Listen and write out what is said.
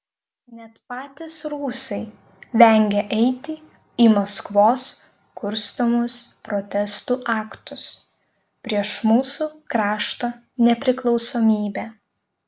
net patys rusai vengia eiti į maskvos kurstomus protestų aktus prieš mūsų krašto nepriklausomybę